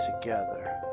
together